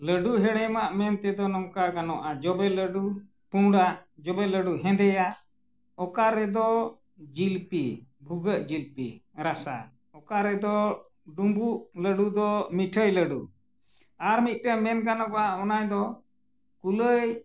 ᱞᱟᱹᱰᱩ ᱦᱮᱲᱮᱢᱟᱜ ᱢᱮᱱ ᱛᱮᱫᱚ ᱱᱚᱝᱠᱟ ᱜᱟᱱᱚᱜᱼᱟ ᱡᱚᱵᱮ ᱞᱟᱹᱰᱩ ᱯᱩᱬᱟᱜ ᱡᱚᱵᱮ ᱞᱟᱹᱰᱩ ᱦᱮᱸᱫᱮᱭᱟ ᱚᱠᱟ ᱨᱮᱫᱚ ᱡᱷᱤᱞᱯᱤ ᱵᱷᱩᱜᱟᱹᱜ ᱡᱷᱤᱞᱯᱤ ᱨᱟᱥᱟ ᱚᱠᱟ ᱨᱮᱫᱚ ᱰᱩᱢᱵᱩᱜ ᱞᱟᱹᱰᱩ ᱫᱚ ᱢᱤᱴᱷᱟᱹᱭ ᱞᱟᱹᱰᱩ ᱟᱨ ᱢᱤᱫᱴᱟᱝ ᱢᱮᱱ ᱜᱟᱱᱚᱜᱚᱜᱼᱟ ᱚᱱᱟ ᱫᱚ ᱠᱩᱞᱟᱹᱭ